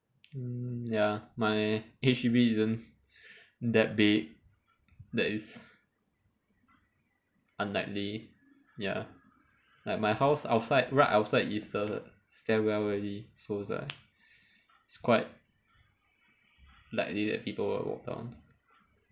mm ya my H_D_B isn't that big that is unlikely ya like my house outside right outside is the stairwell already so it's like it's quite likely that people will walk down